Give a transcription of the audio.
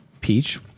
peach